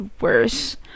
worse